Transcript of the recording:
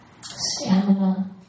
stamina